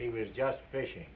he was just fishing